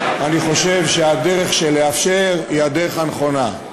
אני חושב שהדרך של לאפשר היא הדרך הנכונה.